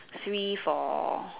three for